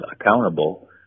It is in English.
accountable